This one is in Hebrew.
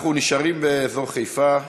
אנחנו נשארים באזור חיפה.